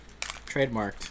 trademarked